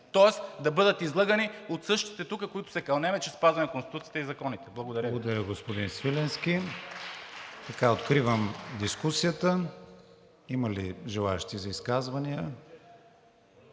Тоест да бъдат излъгани от същите тук, които се кълнем, че спазваме Конституцията и законите. Благодаря Ви.